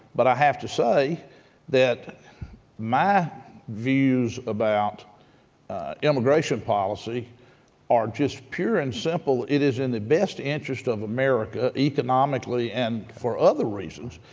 but i have to say that my views about immigration policy are just pure and simple, it is in the best interest of america america, economically and for other reasons,